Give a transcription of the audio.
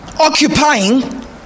occupying